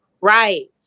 Right